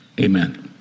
Amen